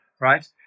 right